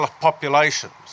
populations